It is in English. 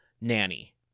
nanny